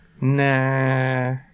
Nah